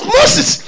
Moses